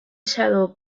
shadow